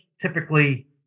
typically